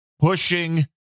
pushing